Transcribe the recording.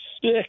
sick